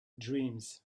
dreams